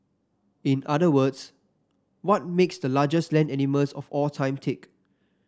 in other words what makes the largest land animals of all time tick